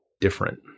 different